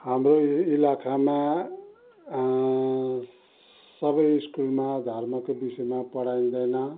हाम्रो यो इलाकामा सबै स्कुलमा धर्मको विषयमा पढाइँदैन